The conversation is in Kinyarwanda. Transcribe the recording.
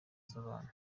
z’abantu